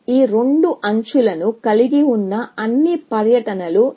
ఈ రెండు ఎడ్జ్ లను కలిగి ఉన్న అన్ని పర్యటనలు ఇది